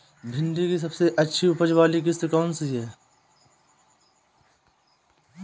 भिंडी की सबसे अच्छी उपज वाली किश्त कौन सी है?